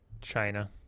china